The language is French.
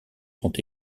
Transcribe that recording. sont